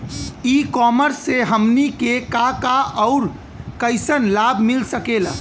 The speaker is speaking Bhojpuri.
ई कॉमर्स से हमनी के का का अउर कइसन लाभ मिल सकेला?